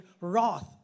wrath